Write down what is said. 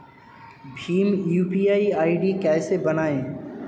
Bhim UPI ID कैसे बनाएं?